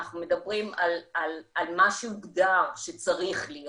אנחנו מדברים על מה שהוגדר שצריך להיות